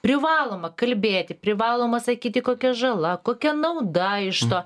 privaloma kalbėti privaloma sakyti kokia žala kokia nauda iš to